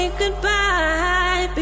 goodbye